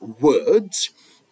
words